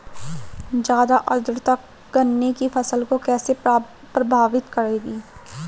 ज़्यादा आर्द्रता गन्ने की फसल को कैसे प्रभावित करेगी?